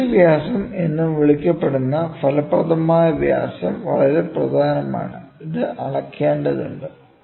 pitch വ്യാസം എന്നും വിളിക്കപ്പെടുന്ന ഫലപ്രദമായ വ്യാസം വളരെ പ്രധാനമാണ് ഇത് അളക്കേണ്ടതുണ്ട്